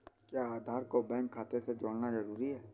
क्या आधार को बैंक खाते से जोड़ना जरूरी है?